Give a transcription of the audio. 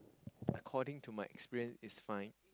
according to my experience is fine